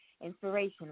inspiration